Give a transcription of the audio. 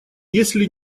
если